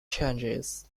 changes